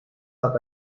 hat